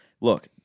look